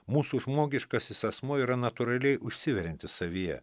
mūsų žmogiškasis asmuo yra natūraliai užsiveriantis savyje